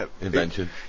Invention